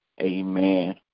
Amen